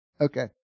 Okay